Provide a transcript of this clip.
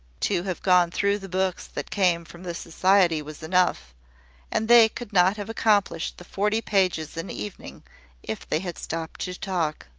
to have gone through the books that came from the society was enough and they could not have accomplished the forty pages an evening if they had stopped to talk.